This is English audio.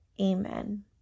Amen